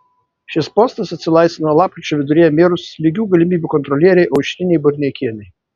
šis postas atsilaisvino lapkričio viduryje mirus lygių galimybių kontrolierei aušrinei burneikienei